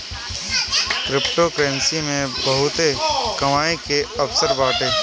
cryptocurrency मे बहुते कमाई के अवसर बाटे